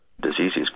diseases